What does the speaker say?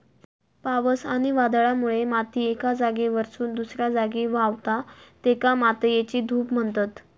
पावस आणि वादळामुळे माती एका जागेवरसून दुसऱ्या जागी व्हावता, तेका मातयेची धूप म्हणतत